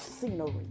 scenery